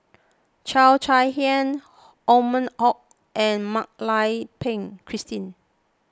Cheo Chai Hiang Othman and Mak Lai Peng Christine